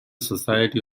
society